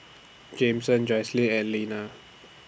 Jameson Joycelyn and Linna